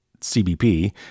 CBP